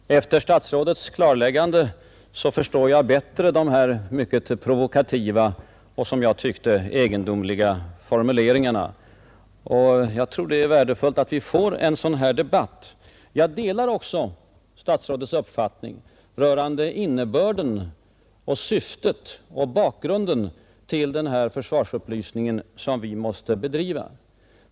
Herr talman! Efter detta statsrådets klarläggande förstår jag bättre de mycket provokativa och som jag tyckte egendomliga formuleringarna. Jag anser det också vara värdefullt att vi får en debatt av detta slag. Likaså delar jag statsrådets uppfattning rörande innebörden av, syftet med och bakgrunden till den försvarsupplysning som vi måste bedriva.